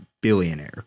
billionaire